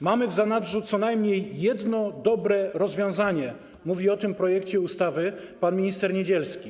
Mamy w zanadrzu co najmniej jedno dobre rozwiązanie - mówi o tym projekcie ustawy pan minister Niedzielski.